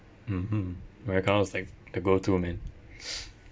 mmhmm americano is like the go to man